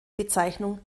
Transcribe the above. bezeichnung